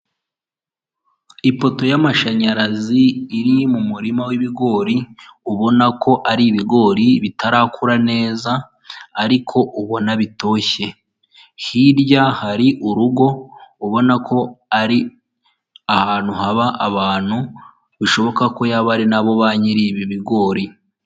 Ipoto y'amashanyarazi iri mu murima w'ibigori ubona ko ari ibigori bitarakura neza ariko ubona bitoshye, hirya hari urugo ubona ko ari ahantu haba abantu bishoboka ko yaba ari nabo ba nyiri ibi bigori.